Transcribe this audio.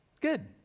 Good